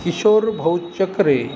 किशोर भाऊ चक्रे